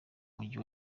mujyi